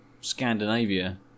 Scandinavia